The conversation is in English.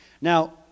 Now